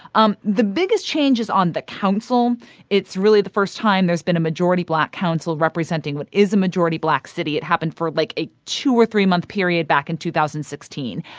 um the biggest changes on the council it's really the first time there's been a majority black council representing what is a majority black city. it happened for, like, a two or three-month period back in two thousand and sixteen.